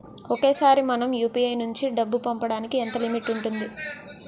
ఒకేసారి మనం యు.పి.ఐ నుంచి డబ్బు పంపడానికి ఎంత లిమిట్ ఉంటుంది?